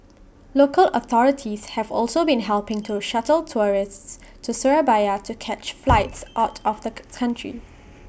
local authorities have also been helping to shuttle tourists to Surabaya to catch flights out of the country